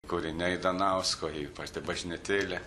kūriniai danausko jei pati bažnytėlė